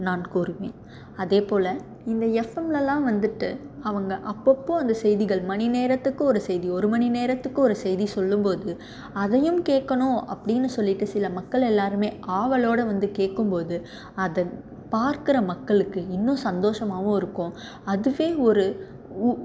நான் கூறுவேன் அதேப் போல் இந்த ஃஎப்எம்லலாம் வந்துட்டு அவங்க அப்பப்போ அந்த செய்திகள் மணி நேரத்துக்கு ஒரு செய்தி ஒரு மணி நேரத்துக்கு ஒரு செய்தி சொல்லும் போது அதையும் கேட்கணும் அப்படின்னு சொல்லிட்டு சில மக்களெல்லாரும் ஆவலோடய வந்து கேட்கும் போது அதை பார்க்கிற மக்களுக்கு இன்னும் சந்தோசமாவும் இருக்கும் அதுவே ஒரு உ